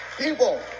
people